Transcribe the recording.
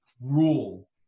rule